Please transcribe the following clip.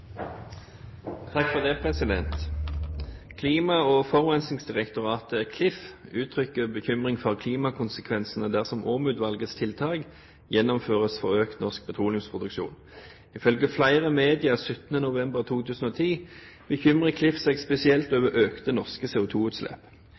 og forurensningsdirektoratet, Klif, uttrykker bekymring for klimakonsekvensene dersom Åm-utvalgets tiltak gjennomføres for økt norsk petroleumsproduksjon. Ifølge flere medier 17. november 2010 bekymrer Klif seg spesielt